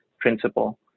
principle